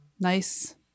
nice